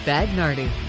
Bagnardi